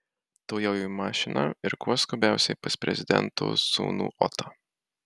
tuojau į mašiną ir kuo skubiausiai pas prezidento sūnų otą